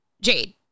Jade